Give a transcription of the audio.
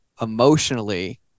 Emotionally